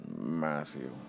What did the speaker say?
Matthew